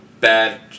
bad